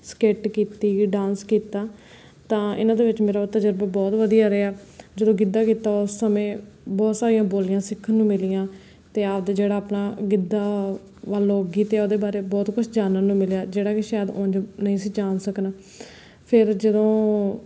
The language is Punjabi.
ਸਕਿੱਟ ਕੀਤੀ ਡਾਂਸ ਕੀਤਾ ਤਾਂ ਇਨ੍ਹਾਂ ਦੇ ਵਿੱਚ ਮੇਰਾ ਤਜ਼ਰਬਾ ਬਹੁਤ ਵਧੀਆ ਰਿਹਾ ਜਦੋਂ ਗਿੱਧਾ ਕੀਤਾ ਉਸ ਸਮੇਂ ਬਹੁਤ ਸਾਰੀਆਂ ਬੋਲੀਆਂ ਸਿੱਖਣ ਨੂੰ ਮਿਲੀਆਂ ਅਤੇ ਆਪਦੇ ਜਿਹੜਾ ਆਪਣਾ ਗਿੱਧਾ ਵਾਲੇ ਲੋਕ ਗੀਤ ਆ ਉਹਦੇ ਬਾਰੇ ਬਹੁਤ ਕੁਛ ਜਾਨਣ ਨੂੰ ਮਿਲਿਆ ਜਿਹੜਾ ਕਿ ਸ਼ਾਇਦ ਉਂਝ ਨਹੀਂ ਸੀ ਜਾਣ ਸਕਣਾ ਫੇਰ ਜਦੋਂ